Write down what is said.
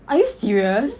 are you serious